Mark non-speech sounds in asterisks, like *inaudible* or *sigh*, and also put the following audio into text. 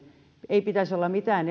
ei pitäisi olla mitään *unintelligible*